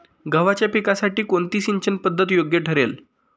गव्हाच्या पिकासाठी कोणती सिंचन पद्धत योग्य ठरेल?